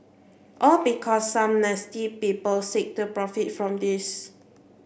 all because some nasty people seek to profit from this